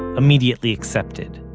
immediately accepted.